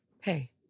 Hey